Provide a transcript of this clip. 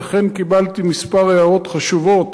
ואכן קיבלתי כמה הערות חשובות